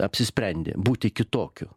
apsisprendi būti kitokiu